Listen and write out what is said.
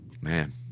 man